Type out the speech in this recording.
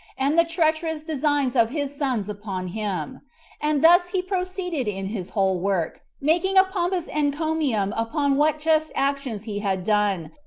and the treacherous designs of his sons upon him and thus he proceeded in his whole work, making a pompous encomium upon what just actions he had done,